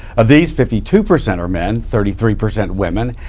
of these fifty two percent are men. thirty three percent women.